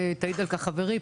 ותעיד על-כך חברתי,